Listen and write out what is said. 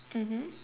mmhmm